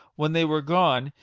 when they were gone,